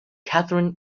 katherine